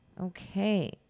Okay